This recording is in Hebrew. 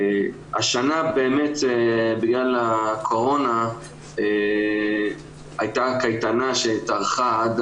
השנה באמת בגלל הקורונה הייתה קייטנה שהתארכה עד